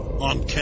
On